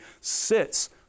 sits